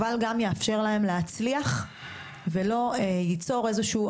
אבל גם יאפשר להם להצליח ולא ייצור איזה שהוא,